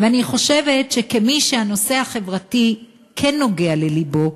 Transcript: ואני חושבת שכמי שהנושא החברתי כן נוגע ללבו,